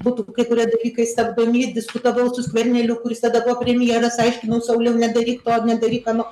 būtų kai kurie dalykai stabdomi diskutavau su skverneliu kuris tada buvo premjeras aiškinau sauliau nedaryk to nedaryk ano